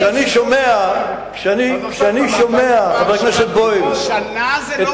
כשאני שומע, חבר הכנסת בוים, שנה זה לא קדימה.